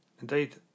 indeed